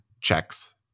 checks